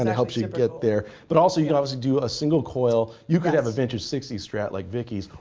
and helps you you get there. but also you can obviously do a single coil. you could have a vintage sixty s strat like vicki's,